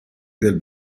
del